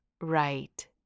right